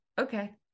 okay